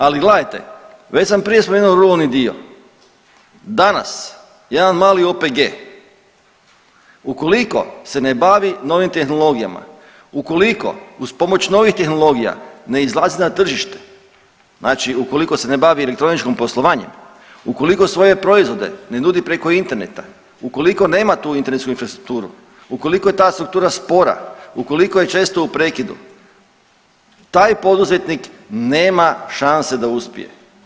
Ali gledajte, već sam prije spomenuo ruralni dio, danas jedan mali OPG ukoliko se ne bavi novim tehnologijama, ukoliko uz pomoć novih tehnologija ne izlazi na tržište, znači ukoliko se ne bavi elektroničkim poslovanjem, ukoliko svoje proizvode ne nudi preko interneta, ukoliko nema tu internetsku infrastrukturu, ukoliko je ta struktura spora, ukoliko je često u prekidu taj poduzetnik nema šanse da uspije.